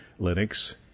Linux